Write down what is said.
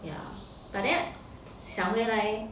ya but then 想回来